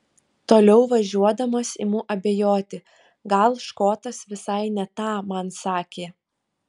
toliau važiuodamas imu abejoti gal škotas visai ne tą man sakė